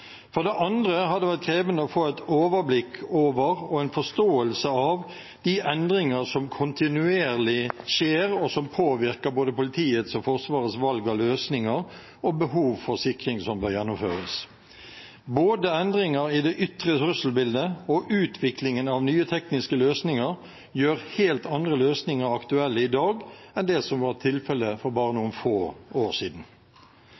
For det andre har det vært krevende å få et overblikk over og en forståelse av de endringer som kontinuerlig skjer, og som påvirker både politiets og Forsvarets valg av løsninger og behov for sikring som bør gjennomføres. Både endringer i det ytre trusselbildet og utviklingen av nye tekniske løsninger gjør helt andre løsninger aktuelle i dag enn det som var tilfellet for bare noen få år siden.